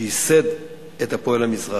שייסד את "הפועל המזרחי".